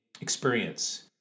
experience